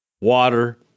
Water